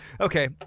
Okay